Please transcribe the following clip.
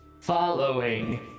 following